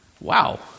Wow